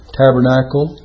tabernacle